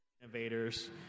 innovators